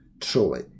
truly